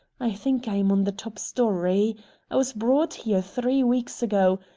i think i am on the top story. i was brought here three weeks ago.